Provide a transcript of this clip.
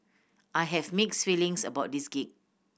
I have mixed feelings about this gig